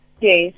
Yes